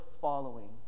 following